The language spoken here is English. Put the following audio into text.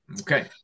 Okay